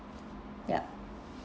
yup